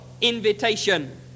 invitation